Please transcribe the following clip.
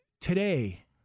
today